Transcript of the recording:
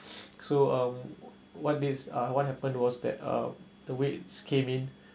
so um what this uh what happened was that uh the weights came in